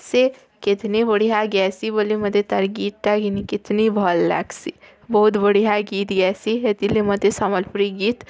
ସେ କିତିନି ବଢ଼ିଆ ଗ୍ୟାସି ବୋଲି ମୋତେ ତାରି ଗୀତ୍ଟା ଗିନି କିତିନି ଭଲ୍ ଲାଗ୍ସି ବହୁତ ବଢ଼ିଆ ଗୀତ୍ ଗ୍ୟାସି ସେତିଲି ମୋତେ ସମ୍ୱଲପୁରୀ ଗୀତ୍